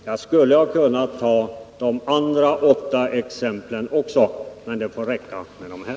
Jag skulle ha kunnat ta de övriga åtta exemplen också, men det får räcka med det här.